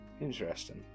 Interesting